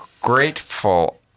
grateful